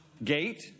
Gate